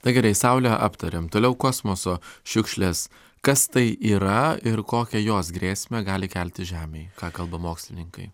na gerai saulę aptarėm toliau kosmoso šiukšlės kas tai yra ir kokią jos grėsmę gali kelti žemei ką kalba mokslininkai